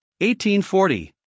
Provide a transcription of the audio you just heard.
1840